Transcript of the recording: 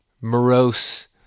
morose